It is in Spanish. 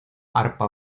arpa